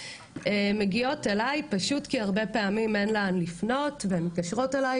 הן מגיעות אליי פשוט כי הרבה פעמים אין לאן לפנות והן מתקשרות אליי,